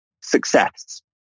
success